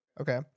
Okay